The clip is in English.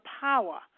power